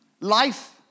Life